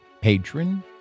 Patron